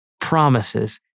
promises